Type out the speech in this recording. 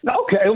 Okay